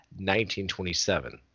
1927